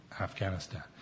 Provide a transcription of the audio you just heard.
Afghanistan